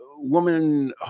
Woman